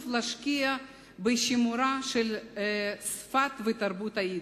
להשקיע בשימור של שפת היידיש ותרבותה.